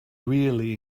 really